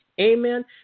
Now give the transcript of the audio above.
Amen